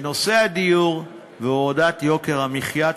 הדיור והורדת יוקר המחיה.